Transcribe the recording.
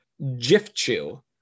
Jifchu